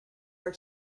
for